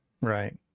right